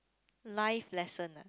life lesson ah